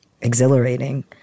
exhilarating